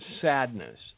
sadness